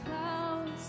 clouds